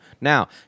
now